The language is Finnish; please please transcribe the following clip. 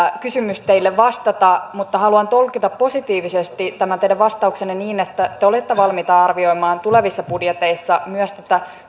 kysymys teille vastata mutta haluan tulkita positiivisesti tämän teidän vastauksenne niin että te olette valmiita arvioimaan tulevissa budjeteissa myös tätä